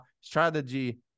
strategy